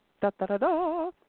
Da-da-da-da